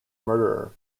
murderer